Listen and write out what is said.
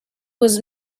was